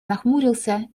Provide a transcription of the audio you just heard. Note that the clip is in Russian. нахмурился